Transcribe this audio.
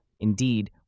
Indeed